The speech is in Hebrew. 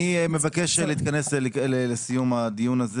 אני מבקש להתכנס לסיום הדיון הזה.